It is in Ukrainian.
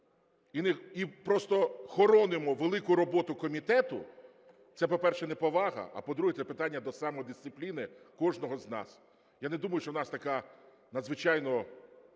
і просто хоронимо велику роботу комітету, – це, по-перше, неповага, а по-друге, це питання до самодисципліни кожного з нас. Я не думаю, що в нас така надзвичайно